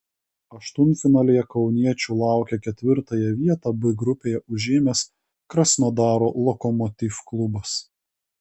aštuntfinalyje kauniečių laukia ketvirtąją vietą b grupėje užėmęs krasnodaro lokomotiv klubas